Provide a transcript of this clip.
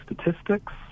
statistics